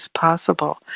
possible